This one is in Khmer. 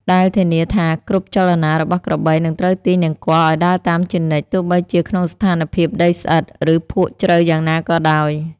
ដែលធានាថាគ្រប់ចលនារបស់ក្របីនឹងត្រូវទាញនង្គ័លឱ្យដើរតាមជានិច្ច ទោះបីជាក្នុងស្ថានភាពដីស្អិត ឬភក់ជ្រៅយ៉ាងណាក៏ដោយ។